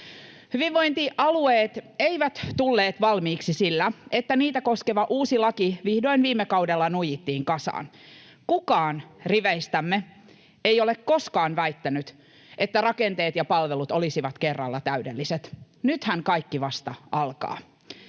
Hyvinvointialueet eivät tulleet valmiiksi sillä, että niitä koskeva uusi laki vihdoin viime kaudella nuijittiin kasaan. Kukaan riveistämme ei ole koskaan väittänyt, että rakenteet ja palvelut olisivat kerralla täydelliset. Nythän kaikki vasta alkaa.